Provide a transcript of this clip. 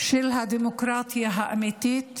של הדמוקרטיה האמיתית